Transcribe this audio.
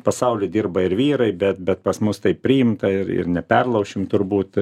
pasauly dirba ir vyrai bet pas mus taip priimta ir ir neperlaušim turbūt